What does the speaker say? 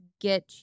get